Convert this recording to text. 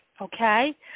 okay